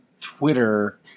Twitter